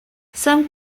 some